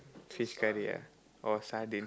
fish curry ah or sardine